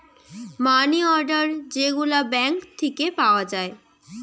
মানি order যে গুলা bank থিকে পাওয়া যায়